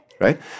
right